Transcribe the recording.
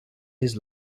his